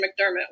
McDermott